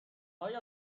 های